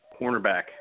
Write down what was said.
cornerback